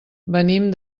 venim